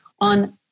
on